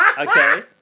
Okay